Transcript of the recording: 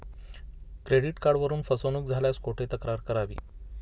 Credit कार्डवरून फसवणूक झाल्यास कुठे तक्रार करावी?